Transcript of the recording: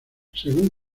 según